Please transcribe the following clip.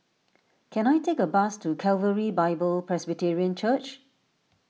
can I take a bus to Calvary Bible Presbyterian Church